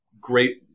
great